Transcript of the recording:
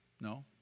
No